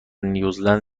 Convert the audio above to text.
نیوزلند